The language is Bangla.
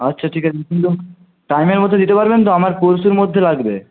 আচ্ছা ঠিক আছে টাইমের মধ্যে দিতে পারবেন তো আমার পরশুর মধ্যে লাগবে